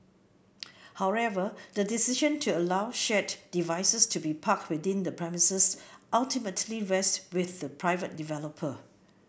however the decision to allow shared devices to be parked within the premises ultimately rests with the private developer